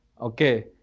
okay